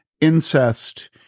incest